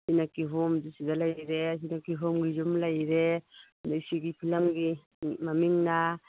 ꯁꯤꯅ ꯀꯤꯍꯣꯝ ꯁꯤꯗ ꯂꯩꯔꯦ ꯁꯤꯗ ꯀꯤꯍꯣꯝꯒꯤ ꯌꯨꯝ ꯂꯩꯔꯦ ꯑꯗꯒꯤ ꯁꯤꯒꯤ ꯐꯤꯂꯝꯒꯤ ꯃꯃꯤꯡꯅ